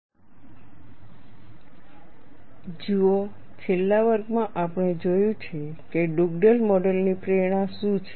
Dugdale model જુઓ છેલ્લા વર્ગમાં આપણે જોયું છે કે ડુગડેલ મોડેલ ની પ્રેરણા શું છે